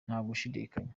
ntagushidikanya